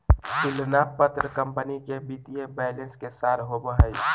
तुलना पत्र कंपनी के वित्तीय बैलेंस के सार होबो हइ